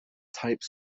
type